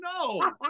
No